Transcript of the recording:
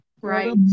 Right